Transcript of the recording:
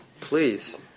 Please